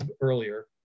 earlier